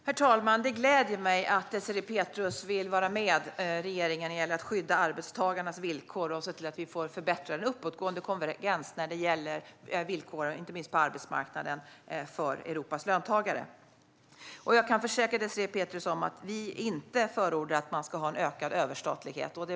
Herr talman! Det gläder mig att Désirée Pethrus vill vara med regeringen när det gäller att skydda arbetstagarnas villkor och se till att vi får förbättrad uppåtgående konvergens när det gäller villkoren, inte minst på arbetsmarknaden, för Europas löntagare. Jag kan försäkra Désirée Pethrus om att vi inte förordar att man ska ha en ökad överstatlighet.